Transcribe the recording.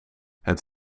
het